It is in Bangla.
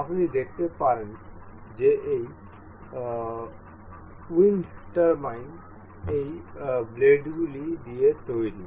আপনি দেখতে পারেন যে এই উইন্ড টারবাইন এই ব্লেডগুলি দিয়ে তৈরি